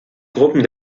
gruppen